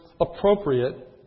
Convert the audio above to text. appropriate